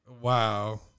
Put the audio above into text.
Wow